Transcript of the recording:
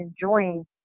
enjoying